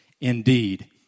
Indeed